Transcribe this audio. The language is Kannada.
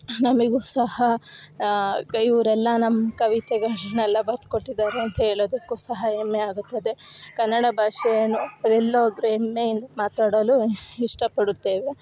ನಮಗು ಸಹ ಕ ಇವರೆಲ್ಲ ನಮ್ಮ ಕವಿತೆಗಳ್ನೆಲ್ಲ ಬರೆದು ಕೊಟ್ಟಿದ್ದಾರೆ ಅಂತ ಹೇಳೋದಕ್ಕು ಸಹ ಹೆಮ್ಮೆ ಆಗುತ್ತದೆ ಕನ್ನಡ ಭಾಷೆಯನ್ನು ಎಲ್ಲೋದ್ರು ಹೆಮ್ಮೆಯಿಂದ ಮಾತಾಡಲು ಇಷ್ಟ ಪಡುತ್ತೇವೆ